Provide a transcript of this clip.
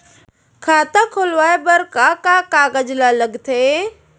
खाता खोलवाये बर का का कागज ल लगथे?